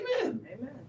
Amen